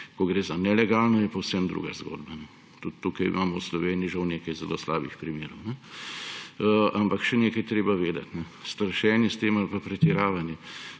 Ko gre za nelegalno, je pa vseeno druga zgodba. Tudi v Sloveniji imamo žal nekaj zelo slabih primerov. Ampak še nekaj je treba vedeti, strašenje s tem ali pa pretiravanje.